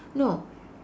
no